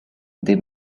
they